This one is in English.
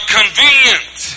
convenient